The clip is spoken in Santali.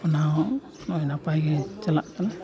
ᱚᱱᱟ ᱦᱚᱸ ᱱᱚᱜᱼᱚᱸᱭ ᱱᱟᱯᱟᱭ ᱜᱮ ᱪᱟᱞᱟᱜ ᱠᱟᱱᱟ